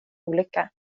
olycka